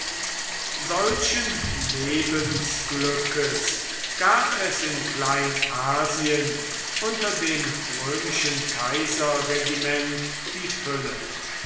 solchen lebensglückes gab es in kleinasien unter dem römischen kaiserregiment die fülle